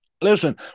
Listen